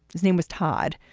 his name was todd.